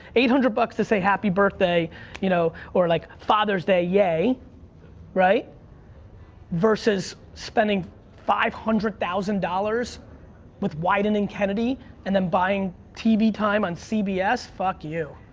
eight hundred bucks to say happy birthday you know or like father's day, yay versus spending five hundred thousand dollars with wieden and kennedy and then buying tv time on cbs, fuck you.